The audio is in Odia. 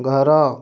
ଘର